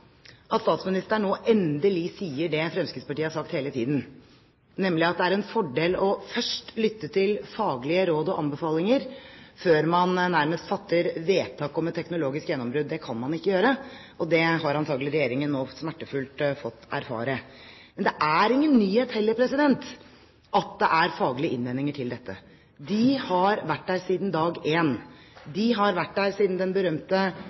at statsministeren nå endelig sier det Fremskrittspartiet har sagt hele tiden, nemlig at det er en fordel å lytte til faglige råd og anbefalinger før man nærmest fatter vedtak om et teknologisk gjennombrudd. Det kan man ikke gjøre, og det har antakelig Regjeringen nå smertefullt fått erfare. Men det er heller ingen nyhet at det er faglige innvendinger til dette. De har vært der siden dag én. De har vært der siden den berømte